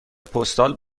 پستال